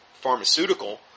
pharmaceutical